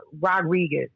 Rodriguez